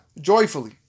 joyfully